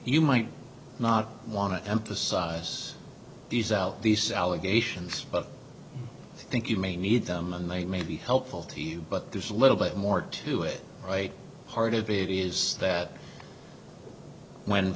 you might not want to emphasize these out these allegations but i think you may need them and they may be helpful to you but there's a little bit more to it right part of it is that when